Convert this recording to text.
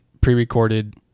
pre-recorded